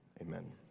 Amen